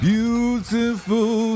Beautiful